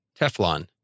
Teflon